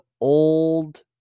old